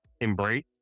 embrace